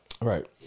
Right